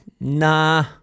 Nah